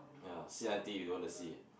ya see until you don't want to see